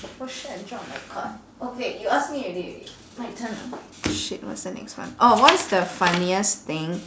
oh shit I dropped my card okay you asked me already my turn shit what's the next one orh what's the funniest thing